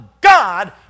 God